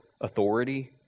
authority